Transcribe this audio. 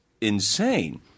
insane